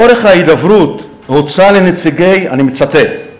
לאורך ההידברות הוצע לנציגי, אני מצטט,